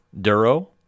Duro